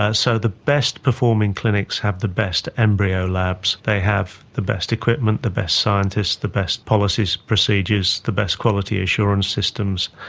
ah so the best performing clinics have the best embryo labs, they have the best equipment, the best scientists, the best policy procedures, the best quality assurance systems.